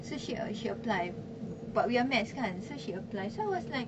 so she uh she apply but we are maths kan so she apply so I was like